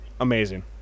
Amazing